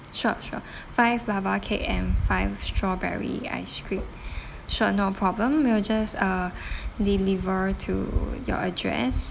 sure sure five lava cake and five strawberry ice cream sure no problem we'll just uh deliver to your address